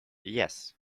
yes